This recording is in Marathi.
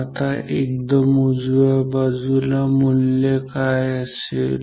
आता एकदम उजव्या बाजूला मूल्य काय असेल